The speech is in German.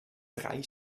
drei